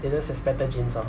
they just have better genes lor